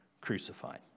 crucified